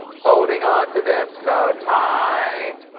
holding on to them so tight,